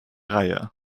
reihe